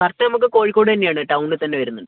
correct നമുക്ക് കോഴിക്കോട് തന്നെ ആണ് ടൗണിൽ തന്നെ വരുന്നുണ്ട്